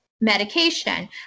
medication